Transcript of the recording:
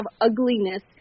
ugliness